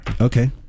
Okay